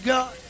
God